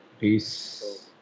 Peace